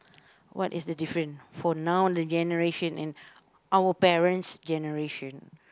what is the difference for now the generation and our parents generation